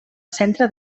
centre